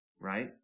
right